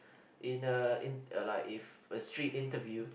in the in ya lah if a strict interview